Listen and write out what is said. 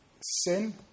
sin